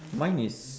mine is